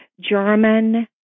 German